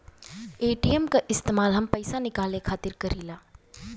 ATM क इस्तेमाल हम पइसा निकाले खातिर करीला